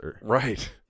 Right